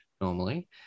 normally